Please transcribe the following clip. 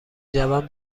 جوم